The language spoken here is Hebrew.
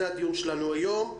זה הדיון שלנו היום.